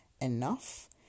enough